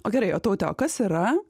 o gerai o taute o kas yra